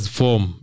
form